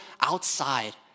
outside